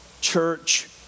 church